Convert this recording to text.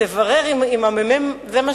אני מציעה שתברר אם זה מה שהממ"מ מסר.